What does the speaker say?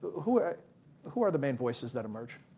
who are who are the main voices that emerge?